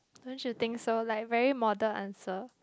don't you think so like very model answer